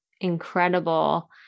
incredible